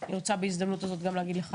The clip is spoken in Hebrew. אני רוצה בהזדמנות הזאת גם להגיד לך